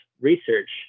research